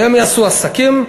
שהם יעשו עסקים,